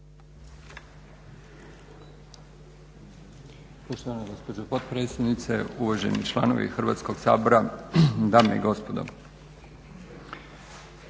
Hrvatskog sabora,